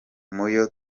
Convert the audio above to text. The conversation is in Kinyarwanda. muyo